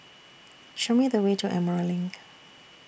Show Me The Way to Emerald LINK